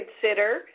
consider